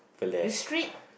the street